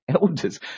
Elders